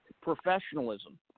professionalism